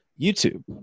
YouTube